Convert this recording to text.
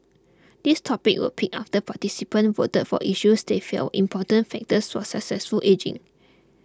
these topics were picked after participants voted for issues they felt important factors for successful ageing